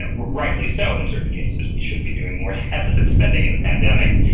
and rightly so in certain cases. we should be doing more deficit spending in a pandemic,